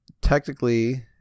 technically